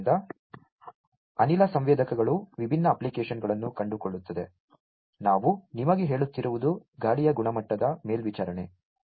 ಆದ್ದರಿಂದ ಅನಿಲ ಸಂವೇದಕಗಳು ವಿಭಿನ್ನ ಅಪ್ಲಿಕೇಶನ್ಗಳನ್ನು ಕಂಡುಕೊಳ್ಳುತ್ತವೆ ನಾನು ನಿಮಗೆ ಹೇಳುತ್ತಿರುವುದು ಗಾಳಿಯ ಗುಣಮಟ್ಟದ ಮೇಲ್ವಿಚಾರಣೆ